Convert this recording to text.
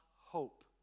hope